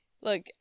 Look